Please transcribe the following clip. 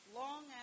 long